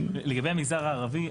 לגבי המגזר הערבי,